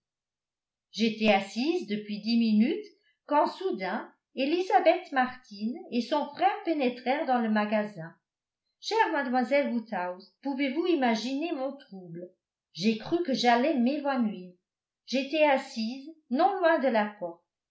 j'étais assise depuis dix minutes quand soudain elisabeth martin et son frère pénétrèrent dans le magasin chère mlle woodhouse pouvez-vous imaginer mon trouble j'ai cru que j'allais m'évanouir j'étais assise non loin de la porte